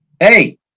hey